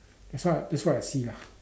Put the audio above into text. that's what that's what I see lah